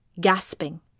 gasping